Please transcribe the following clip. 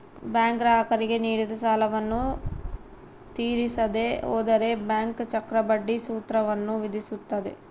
bank ಗ್ರಾಹಕರಿಗೆ ನೀಡಿದ ಸಾಲವನ್ನು ತೀರಿಸದೆ ಹೋದರೆ ಬ್ಯಾಂಕ್ ಚಕ್ರಬಡ್ಡಿ ಸೂತ್ರವನ್ನು ವಿಧಿಸುತ್ತದೆ